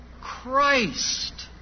Christ